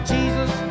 Jesus